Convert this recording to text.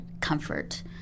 comfort